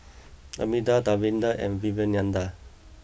Amitabh Davinder and Vivekananda